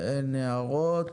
אין הערות.